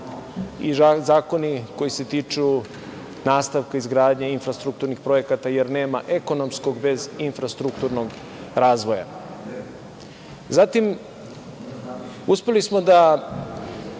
i zakoni koji se tiču nastavka izgradnje infrastrukturnih projekata, jer nema ekonomskog bez infrastrukturnog razvoja. Zatim, uspeli smo da